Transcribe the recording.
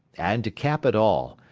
and to cap it all,